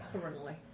Currently